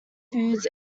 foods